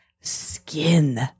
skin